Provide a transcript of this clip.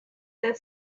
that